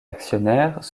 actionnaires